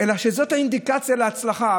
כשזאת האינדיקציה להצלחה,